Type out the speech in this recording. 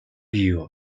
you